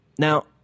Now